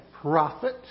prophet